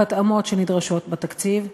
או התאמות שנדרשות בתקציב,